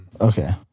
okay